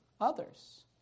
others